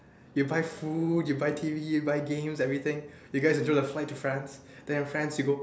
you buy food you buy T_V you buy games everything you guys enjoy your flight to France and then your friends can go